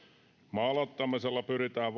maalittamisella pyritään